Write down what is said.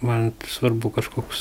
man svarbu kažkoks